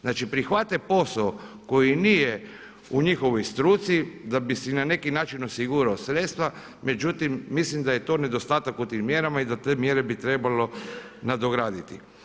Znači, prihvate posao koji nije u njihovoj struci da bi si na neki način osigurali sredstva međutim mislim da je to nedostatak u tim mjerama i da te mjere bi trebalo nadograditi.